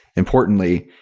importantly,